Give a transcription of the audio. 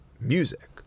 music